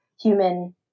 human